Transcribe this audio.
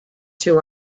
two